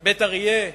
בית-אריה,